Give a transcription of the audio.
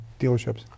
dealerships